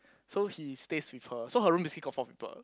so he stays with her so her room basically got four people